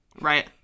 Right